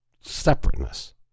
separateness